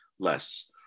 less